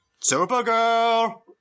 Supergirl